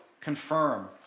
confirm